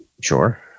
sure